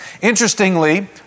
Interestingly